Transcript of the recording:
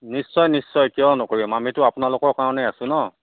নিশ্চয় নিশ্চয় কিয় নকৰিম আমিটো আপোনালোকৰ কাৰণেই আছো ন